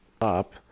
up